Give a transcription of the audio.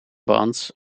bonds